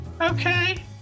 Okay